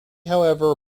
however